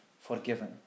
forgiven